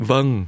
Vâng